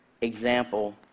Example